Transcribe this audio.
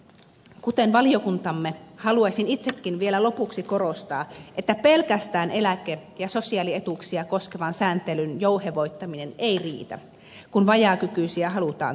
kuten valiokuntamme haluaisin itsekin vielä lopuksi korostaa että pelkästään eläke ja sosiaalietuuksia koskevan sääntelyn jouhevoittaminen ei riitä kun vajaakykyisiä halutaan työllistää